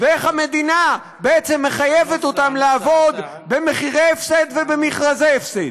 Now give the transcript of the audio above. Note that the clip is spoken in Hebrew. ואיך המדינה בעצם מחייבת אותם לעבוד במחירי הפסד ובמכרזי הפסד.